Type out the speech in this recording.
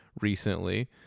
recently